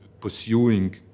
pursuing